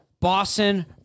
Boston